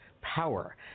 power